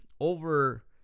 over